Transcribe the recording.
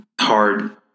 hard